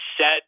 set